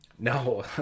No